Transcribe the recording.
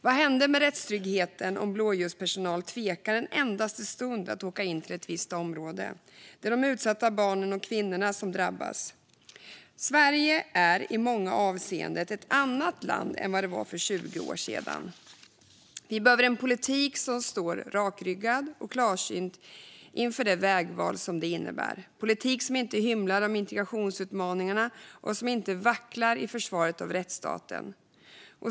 Vad händer med rättstryggheten om blåljuspersonal tvekar en endaste stund att åka in i ett visst område? Det är de utsatta barnen och kvinnorna som drabbas. Sverige är i många avseenden ett annat land än vad det var för 20 år sedan. Vi behöver en politik som står rakryggad och klarsynt inför det vägval som det innebär. Det är en politik som inte hymlar om integrationsutmaningarna och som inte vacklar i försvaret av rättsstaten.